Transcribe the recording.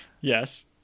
yes